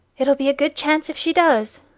it'll be a good chance if she does.